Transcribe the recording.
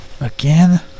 again